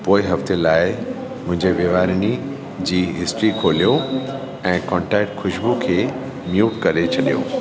पोइ हफ़्ते लाइ मुंहिंजे वहिंवारनि जी हिस्ट्री खोलियो ऐं कॉन्टेक्ट ख़ुशबू खे म्यूट करे छॾियो